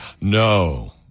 No